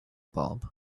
bulb